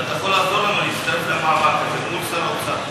ואתה יכול לעזור לנו להצטרף למאבק הזה מול שר האוצר,